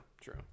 true